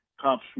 cops